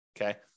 okay